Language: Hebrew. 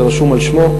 זה רשום על שמו,